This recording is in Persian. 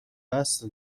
است